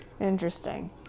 Interesting